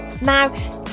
Now